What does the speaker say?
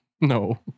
No